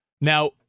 now